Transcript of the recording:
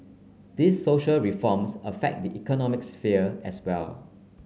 these social reforms affect the economic sphere as well